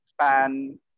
span